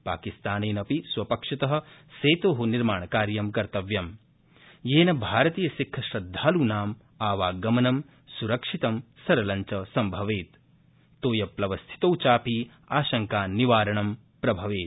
पाकिस्तानेन अपि स्वपक्षत सेतो निर्माणकार्यं कर्तव्यम् येन भारतीयसिख श्रद्धालूनां आवागमनं सुरक्षित सरलञ्च सम्भवेत् तोयप्लवस्थितौ चापि आशंकानिवारणं प्रभवेत्